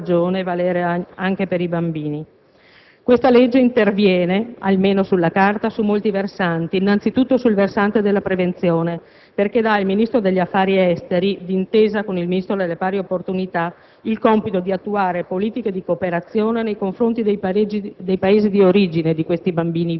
che devono, a maggior ragione, valere anche per i bambini. Questa legge interviene, almeno sulla carta, su molti versanti, innanzitutto sul versante della prevenzione, perché da al Ministro degli affari esteri, d'intesa con il Ministro per le pari opportunità, il compito di attuare politiche di cooperazione nei confronti dei Paesi di